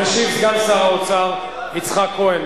משיב סגן שר האוצר יצחק כהן.